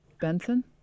Benson